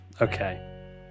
Okay